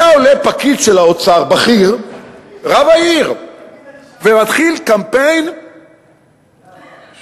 היה עולה פקיד בכיר של האוצר, רב העיר,